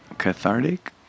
Cathartic